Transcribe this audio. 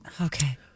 Okay